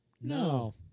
No